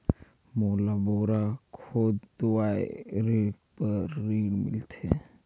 मोला बोरा खोदवाय बार ऋण मिलथे?